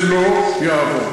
זה לא יעבור.